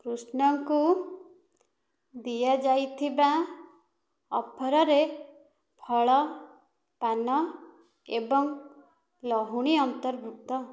କୃଷ୍ଣଙ୍କୁ ଦିଆଯାଇଥିବା ଅଫରରେ ଫଳ ପାନ ଏବଂ ଲହୁଣୀ ଅନ୍ତର୍ଭୁକ୍ତ